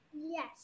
yes